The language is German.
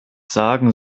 sagen